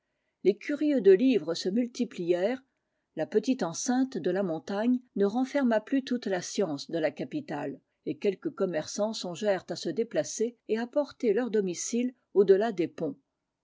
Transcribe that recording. les curieux de livres se multiplièrent la petite enceinte de la montagne ne renferma plus toute la science de la capitale et quelques commerçants songèrent à se déplacer et à porter leur domicile au-delà des ponts